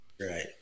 right